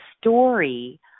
story